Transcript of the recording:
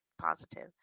positive